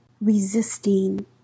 resisting